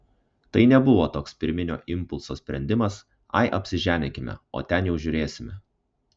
tai nebuvo toks pirminio impulso sprendimas ai apsiženykime o ten jau žiūrėsime